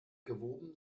gewoben